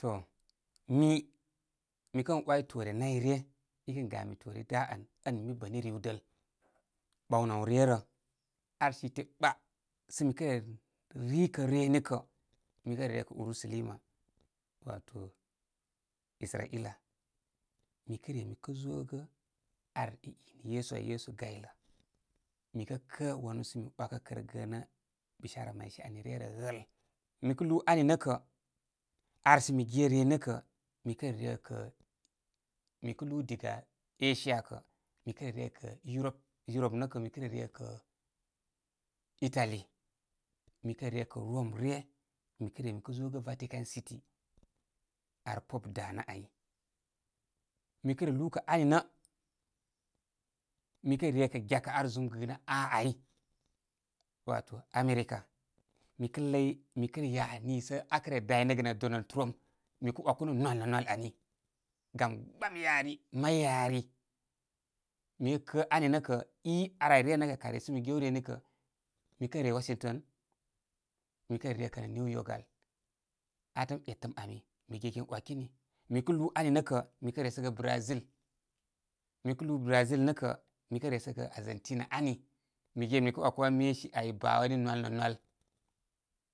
To mi, mi kən way toroe nay ryə i kən gami toore i dá án ən mi bə ni riwdəl ɓawnə áw ryə rə. Ar site ɓa sə re ri kə reni kə, mi kə re rekə uriselima wato israila. Mikə re mi kə zógə ar i, inə yesu ai, yesu gaylə. Mi kə wanú sə mi wakə kər gənə bisha mayshe ani ryə rə ghəl. Mi kə lúú ani nə kə ar sə mi ge reni nə kə mi kə, mi kə mikə re rekə, mi kə lúúdiga asia kə mikə re rekə, yurob-yurob nə kə mi kə rerekə itali. Mi kə re rekə rome ryə, mi kəre mi kə zógə vatican city ar pope danə ai. Mi kə lúúkə ani nə mi kə re rekə gyakə ar zum gɨnə aa ai wato america. Mikə ləy mi kə ya niisə akə re daynə gə na donal trump, mikə wakú nə nwal nə nwal ani. Gam gbami yari, may yari. Mikə kə ani nə kə. i ar ai ryə rə nə kə kari sə mi gew reni kə, mi kə re washinton. Mikə re rekə nə new york al. Atəm etəm migegen wakini. Mikə lúú ani nə kə, mikə re resəgə brazil. Mikə lúú brazil nə kə, mi kə re resəgə argentina ani. Mi ge min mikə wakəlwan mesi ai, baawani. nə nwal nə nwal.